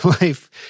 life